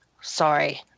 sorry